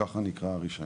ככה נקרא הרישיון.